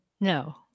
No